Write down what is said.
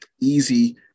easy